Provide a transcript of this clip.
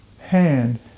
hand